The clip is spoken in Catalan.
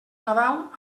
nadal